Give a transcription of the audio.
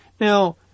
Now